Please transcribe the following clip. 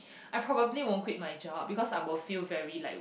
I probably won't quit my job because I will feel very like